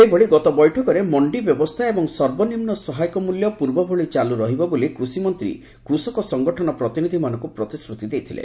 ସେହିଭଳି ଗତ ବୈଠକରେ ମଣ୍ଡି ବ୍ୟବସ୍ଥା ଏବଂ ସର୍ବନିମ୍ନ ସହାୟକ ମୂଲ୍ୟ ପୂର୍ବଭଳି ଚାଲୁ ରହିବ ବୋଲି କୃଷିମନ୍ତ୍ରୀ କୃଷକ ସଙ୍ଗଠନ ପ୍ରତିନିଧ୍ୟମାନଙ୍କୁ ପ୍ରତିଶ୍ରୁତି ଦେଇଥିଲେ